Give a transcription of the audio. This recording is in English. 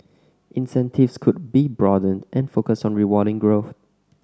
incentives could be broadened and focused on rewarding growth